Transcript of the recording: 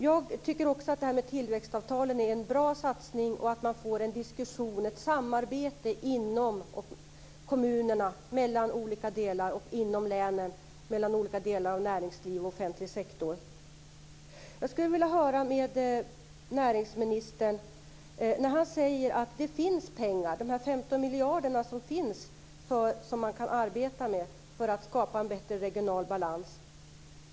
Jag tycker också att satsningen på tillväxtavtalen är bra och att man får ett samarbete inom olika delar av kommunerna och inom länen mellan olika delar av näringsliv och offentlig sektor. Näringsministern säger att det finns pengar, 15 miljarder för att skapa en bättre regional balans.